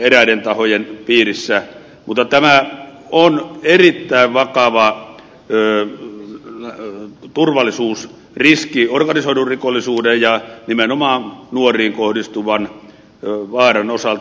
eräiden tahojen piirissä mutta tämä on ehdittävä tavat työ ei ole erittäin vakava turvallisuusriski organisoidun rikollisuuden ja nimenomaan nuoriin kohdistuvan vaaran osalta